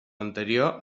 anterior